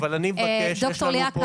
יש לנו פה את